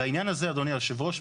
לעניין הזה אדוני יושב הראש,